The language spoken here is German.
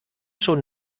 schon